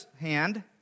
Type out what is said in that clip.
hand